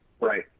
right